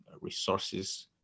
resources